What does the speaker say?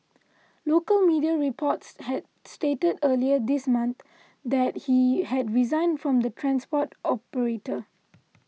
local media reports had stated earlier this month that he had resigned from the transport operator